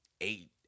eight